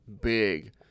big –